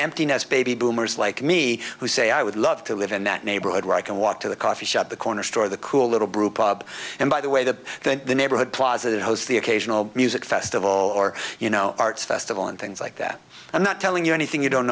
emptiness baby boomers like me who say i would love to live in that neighborhood where i can walk to the coffee shop the corner store the cool little brewpub and by the way the neighborhood plaza has the occasional music festival or you know arts festival and things like that i'm not telling you anything you don't